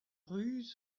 ruz